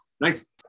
nice